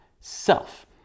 self